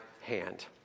hand